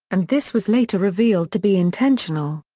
and this was later revealed to be intentional.